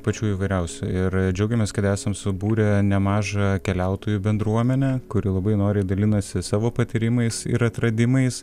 pačių įvairiausių ir džiaugiamės kad esam subūrę nemažą keliautojų bendruomenę kuri labai noriai dalinasi savo patyrimais ir atradimais